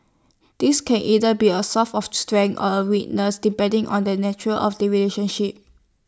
this can either be A source of strength or A weakness depending on the nature of the relationship